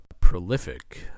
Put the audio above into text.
prolific